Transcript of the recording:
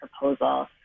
proposal